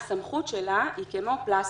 הסמכות שלה היא כמו פלסטר,